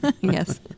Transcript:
Yes